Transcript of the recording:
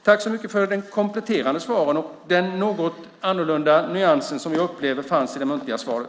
Tack så mycket för de kompletterande svaren och den något annorlunda nyans som jag upplever fanns i det muntliga svaret!